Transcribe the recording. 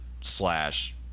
slash